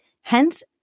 hence